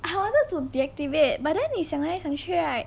I wanted to deactivate but then 你想来想去 right